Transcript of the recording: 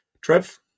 Trev